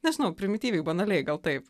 nežinau primityviai banaliai gal taip